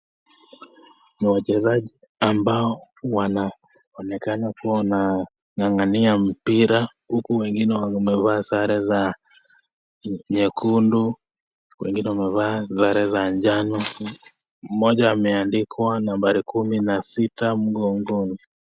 Kuna wachezaji ambao wanaonekana kuwa wanang'ang'ania mpira, huku wengine wamevaa sare za nyekundu wengine wamevaa sare za njano. Mmoja ameandikwa nambari kumi na sita mgongoni.